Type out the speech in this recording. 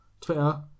Twitter